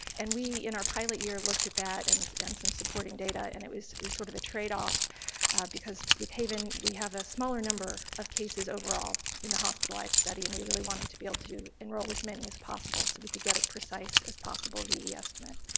and we in our pilot year looked at that and and some supporting data and it was sort of a tradeoff because with haven we have a smaller number of cases overall in the hospitalized study and we really wanted to be able to enroll as many as possible so we could get a precise as possible ve estimate.